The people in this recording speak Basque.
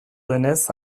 denez